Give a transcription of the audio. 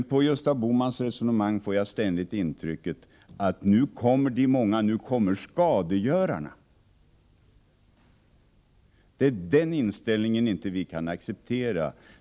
Av Gösta Bohmans resonemang får jag ständigt det intrycket att nu kommer de många, nu kommer skadegörarna. Den inställningen kan vi inte acceptera.